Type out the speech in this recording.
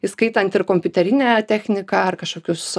įskaitant ir kompiuterinę techniką ar kažkokius